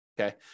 okay